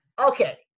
Okay